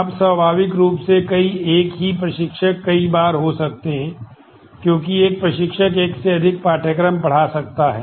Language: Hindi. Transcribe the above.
अब स्वाभाविक रूप से कई एक ही प्रशिक्षक कई बार हो सकते हैं क्योंकि एक प्रशिक्षक एक से अधिक पाठ्यक्रम पढ़ा सकता है